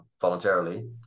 voluntarily